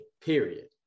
period